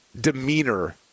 demeanor